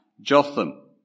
Jotham